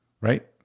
right